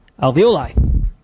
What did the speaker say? alveoli